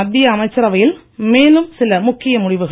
மத்திய அமைச்சரவையில் மேலும் சில முக்கிய முடிவுகள்